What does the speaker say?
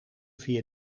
via